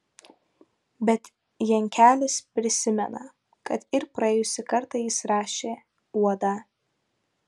bet jankelis prisimena kad ir praėjusį kartą jis rašė uodą